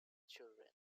children